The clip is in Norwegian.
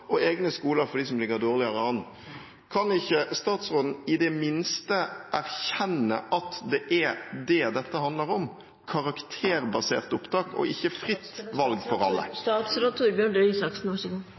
og egne skoler for dem som ligger dårligere an. Kan ikke statsråden i det minste erkjenne at dette handler om karakterbasert opptak – og ikke fritt valg for alle?